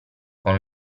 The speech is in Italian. con